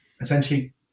essentially